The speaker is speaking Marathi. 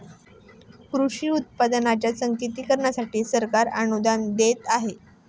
कृषी उत्पादनांच्या सांकेतिकीकरणासाठी सरकार अनुदान देत आहे